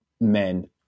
men